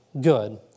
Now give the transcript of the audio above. good